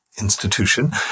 institution